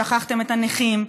שכחתם את הנכים,